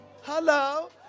Hello